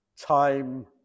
Time